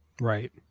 Right